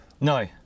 No